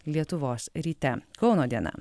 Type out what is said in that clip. lietuvos ryte kauno diena